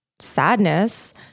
sadness